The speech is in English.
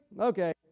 okay